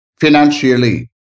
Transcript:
financially